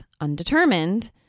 undetermined